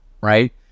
right